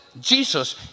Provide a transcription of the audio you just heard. Jesus